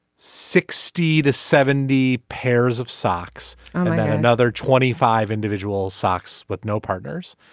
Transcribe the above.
sixty to seventy pairs of socks and then another twenty five individual socks with no partners.